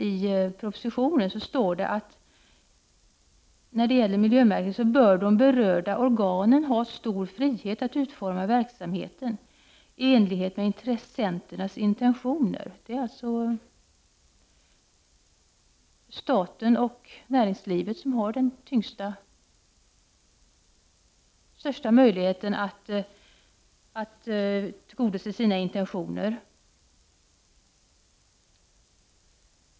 I propositionen står det att när det gäller miljömärkningen bör de berörda organen ha stor frihet att utforma verksamheten i enlighet med intressenternas intentioner. Det är alltså staten och näringslivet som har de största möjligheterna att tillgodose sina intressen.